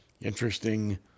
Interesting